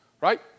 right